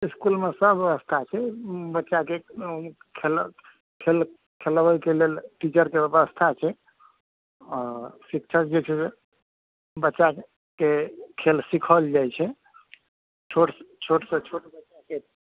इसकूलमे सब व्यवस्था छै बच्चाके खेल खेल खेलबैके लेल टीचरके व्यवस्था छै हँ शिक्षक जे छै से बच्चाके खेल सिखल जाइत छै छोट छोटसँ छोट बच्चाके